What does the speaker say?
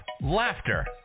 laughter